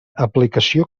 aplicació